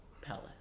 Palace